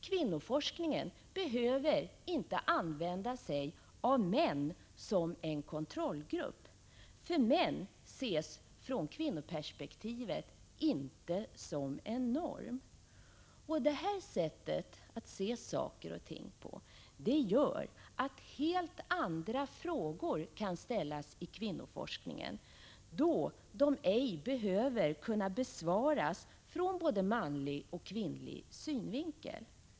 Kvinnoforskningen behöver inte använda sig av män som en kontrollgrupp, eftersom män från kvinnoperspektivet inte ses som en norm. Detta sätt att se saker och ting på gör att helt andra frågor kan ställas i kvinnoforskningen, då de ej behöver besvaras utifrån både manlig och kvinnlig utgångspunkt.